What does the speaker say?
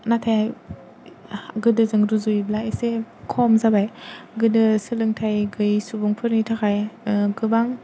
नाथाय गोदोजों रुजुयोब्ला इसे खम जाबाय गोदो सोलोंथाय गैयि सुबुंफोरनि थाखाय गोबां